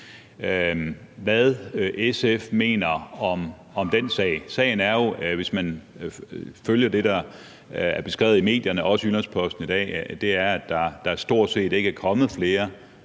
hvad SF mener om den sag. Sagen er jo, at der, hvis man følger det, der er beskrevet i medierne, også i Jyllands-Posten i dag, stort set ikke er kommet flere